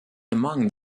among